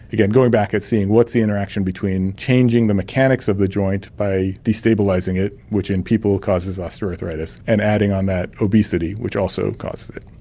going back and seeing what's the interaction between changing the mechanics of the joint by de-stabilising it, which in people causes osteoarthritis, and adding on that obesity, which also causes it.